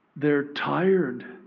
they're tired.